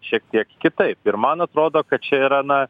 šiek tiek kitaip ir man atrodo kad čia yra na